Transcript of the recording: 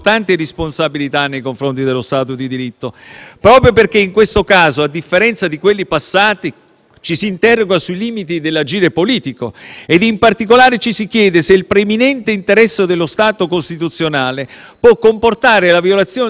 ci si interroga sui limiti dell'agire politico ed in particolare ci si chiede se il preminente interesse dello Stato costituzionale possa comportare la violazione degli obblighi fondamentali, quali quelli sul diritto di asilo e sulla libertà personale degli stranieri.